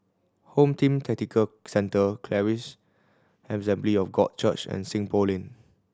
Home Team Tactical Centre Charis Assembly of God Church and Seng Poh Lane